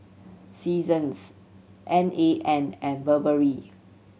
Seasons N A N and Burberry